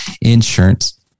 insurance